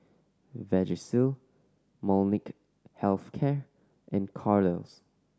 Vagisil Molnylcke Health Care and Kordel's